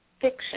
fiction